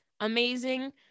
amazing